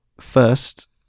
first